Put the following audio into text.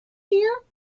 hear